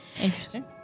interesting